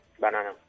Banana